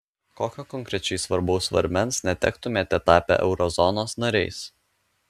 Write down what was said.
kokio konkrečiai svarbaus svarmens netektumėme tapę eurozonos nariais